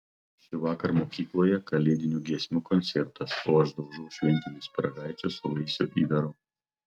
šįvakar mokykloje kalėdinių giesmių koncertas o aš daužau šventinius pyragaičius su vaisių įdaru